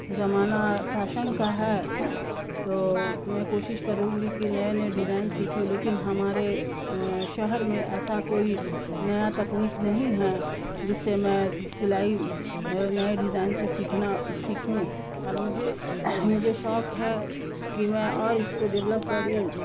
زمانہ فیشن کا ہے تو میں کوشش کروں گی کہ نئے نئے ڈیزائن سیکھوں لیکن ہمارے شہر میں ایسا کوئی نیا تکنیک نہیں ہے جس سے میں سلائی نئے ڈیزائن سے سیکھنا سیکھوں اور مجھے مجھے شوق ہے کہ میں اور اس کو ڈیولپ کروں